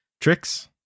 tricks